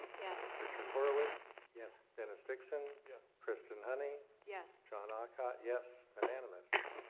yes. richard horowitz. yes. dennis dixon. yes. kristen honey. yes. john aucott. yes. unanimous.